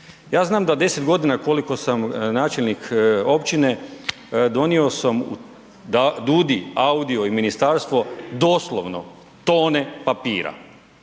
Ja znam da 10 godina koliko sam načelnik općine donio sam u DUUDI, AUDI-o i ministarstvo doslovno tone papira,